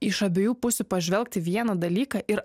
iš abiejų pusių pažvelgt į vieną dalyką ir